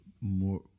more